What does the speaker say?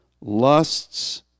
lusts